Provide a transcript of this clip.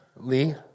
Lee